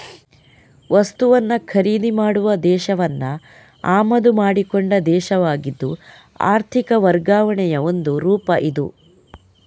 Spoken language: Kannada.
ವಸ್ತುವನ್ನ ಖರೀದಿ ಮಾಡುವ ದೇಶವನ್ನ ಆಮದು ಮಾಡಿಕೊಂಡ ದೇಶವಾಗಿದ್ದು ಆರ್ಥಿಕ ವರ್ಗಾವಣೆಯ ಒಂದು ರೂಪ ಇದು